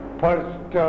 first